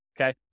okay